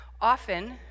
Often